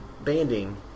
banding